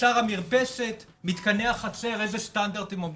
חצר המרפסת, מתקני החצר, איזה סטנדרטים הם עומדים.